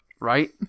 right